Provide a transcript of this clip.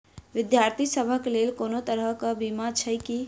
विद्यार्थी सभक लेल कोनो तरह कऽ बीमा छई की?